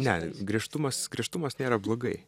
ne griežtumas griežtumas nėra blogai